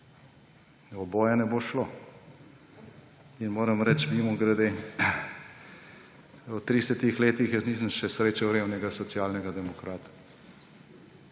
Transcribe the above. Oboje ne bo šlo. In moram reči, mimogrede, v tridesetih letih jaz še nisem srečal revnega socialnega demokrata.